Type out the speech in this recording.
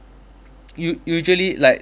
u~ usually like